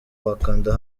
wakanda